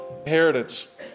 inheritance